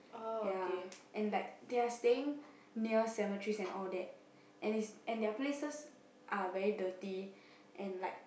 ya and like they are staying near cemeteries and all that and it's and their places are very dirty and like